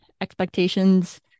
expectations